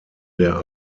der